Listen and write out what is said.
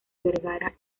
vergara